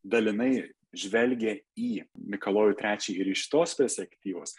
dalinai žvelgė į mikalojų trečiąjį ir iš tos perspektyvos